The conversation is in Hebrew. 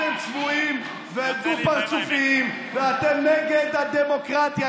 אתם צבועים ודו-פרצופיים ואתם נגד הדמוקרטיה.